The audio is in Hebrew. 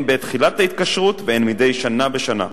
בעת תחילת ההתקשרות והן מדי שנה בשנה,